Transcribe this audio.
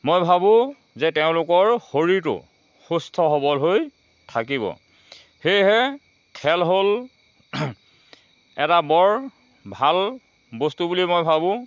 মই ভাবোঁ যে তেওঁলোকৰ শৰীৰটোও সুস্থ সবল হৈ থাকিব সেয়েহে খেল হ'ল এটা বৰ ভাল বস্তু বুলি মই ভাবোঁ